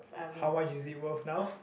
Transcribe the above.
how much is it worth now